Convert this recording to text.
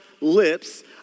lips